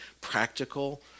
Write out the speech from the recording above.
practical